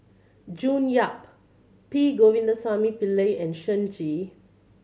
June Yap P Govindasamy Pillai and Shen